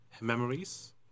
memories